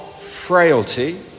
frailty